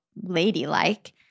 ladylike